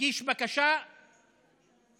מגיש בקשה להקמת